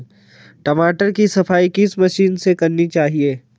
टमाटर की सफाई किस मशीन से करनी चाहिए?